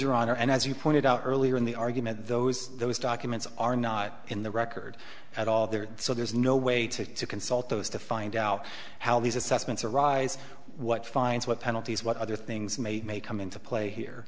your honor and as you pointed out earlier in the argument those those documents are not in the record at all there so there's no way to consult those to find out how these assessments arise what fines what penalties what other things may may come into play here